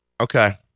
Okay